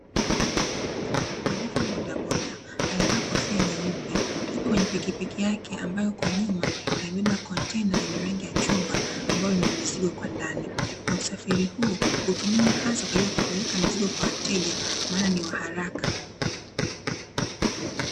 Dereva wa bodaboda aliyevaa kofia nyeupe, yupo kwenye pikipiki yake ambayo kwa nyuma imebeba kontena lenye rangi ya chungwa ambayo lina mizigo kwa ndani, na usafiri huu hutumiwa haswa kupeleka mizigo kwa wateja maana ni waharaka.